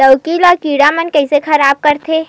लौकी ला कीट मन कइसे खराब करथे?